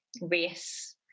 race